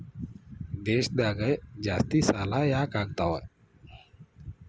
ದೇಶದಾಗ ಜಾಸ್ತಿಸಾಲಾ ಯಾಕಾಗ್ತಾವ?